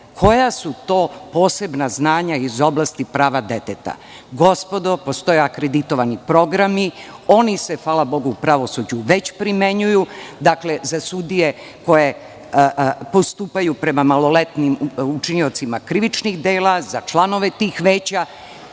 koja su to posebna znanja iz oblasti prava deteta. Gospodo, postoje akreditovani programi, oni se hvala Bogu, u pravosuđu već primenjuju, dakle za sudije koje postupaju prema maloletnim učiniocima krivičnih dela, za članove tih veća,